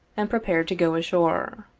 and prepared to go ashore.